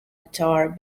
guitar